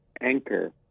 anchor